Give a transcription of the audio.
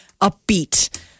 upbeat